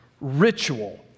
ritual